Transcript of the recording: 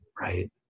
Right